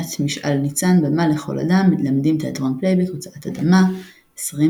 עינת משעל ניצן ׳במה לכל אדם-מלמדים תיאטרון פלייבק׳ הוצאת אדמה 2020.